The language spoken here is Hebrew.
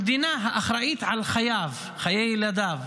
המדינה האחראית על חייו ועל חיי ילדיו,